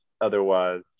otherwise